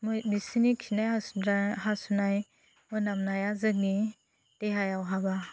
मै बिसोरनि खिनाय हासुग्रा हासुनाय मोनामनाया जोंनि देहायाव हाबा